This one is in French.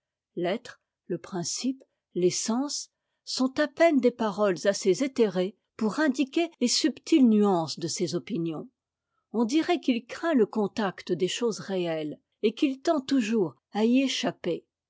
le principe l'essence sont à peine des paroles assez éthérées pour indiquer les subtiles nuances de ses opinions on dirait qu'il craint le contact dès choses réelles et qu'il tend toujours à y échapper